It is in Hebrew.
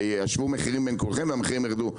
שישוו מחירים בין כל הרשתות וכך המחירים ירדו,